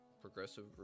progressive